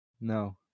No